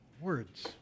words